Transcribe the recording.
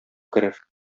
керер